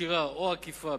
ישירה או עקיפה,